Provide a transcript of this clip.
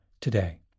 today